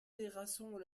terrasson